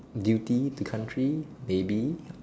duty to country maybe